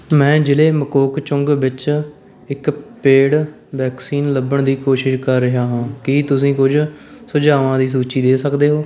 ਮੈਂ ਜ਼ਿਲ੍ਹੇ ਮਕੋਕਚੁੰਗ ਵਿੱਚ ਇੱਕ ਪੇਡ ਵੈਕਸੀਨ ਲੱਭਣ ਦੀ ਕੋਸ਼ਿਸ਼ ਕਰ ਰਿਹਾ ਹਾਂ ਕੀ ਤੁਸੀਂ ਕੁਝ ਸੁਝਾਵਾਂ ਦੀ ਸੂਚੀ ਦੇ ਸਕਦੇ ਹੋ